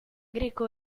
greco